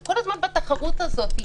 אנחנו כל הזמן בתחרות הזאת.